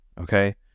okay